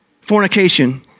fornication